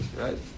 right